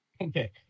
Okay